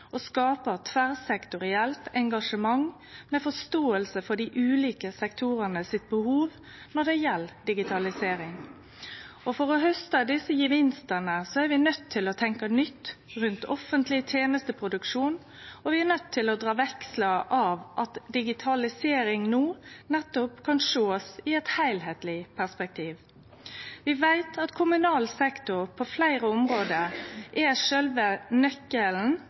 å skape tverrsektorielt engasjement med forståing for dei ulike sektorane sitt behov når det gjeld digitalisering. For å hauste desse gevinstane er vi nøydde til å tenkje nytt rundt offentleg tenesteproduksjon, og vi er nøydde til å dra vekslar på at digitalisering no nettopp kan sjåast i eit heilskapleg perspektiv. Vi veit at kommunal sektor på fleire område er sjølve nøkkelen